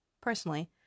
Personally